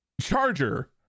charger